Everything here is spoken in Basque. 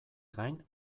gain